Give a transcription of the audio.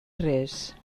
res